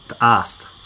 asked